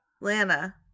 Lana